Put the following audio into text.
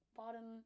bottom